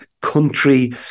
country